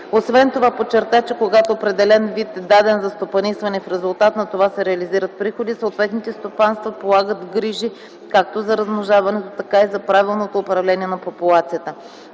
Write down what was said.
Освен това подчерта, че когато определен вид е даден за стопанисване и в резултат на това се реализират приходи, съответните стопанства полагат грижи както за размножаването, така и за правилното управление на популацията.